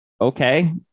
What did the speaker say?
Okay